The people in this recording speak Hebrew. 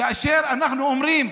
כאשר אנחנו אומרים: